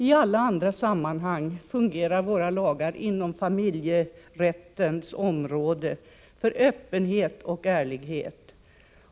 I alla andra sammanhang verkar våra lagar inom familjerättens område för öppenhet och ärlighet.